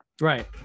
right